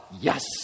Yes